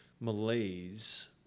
malaise